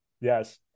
yes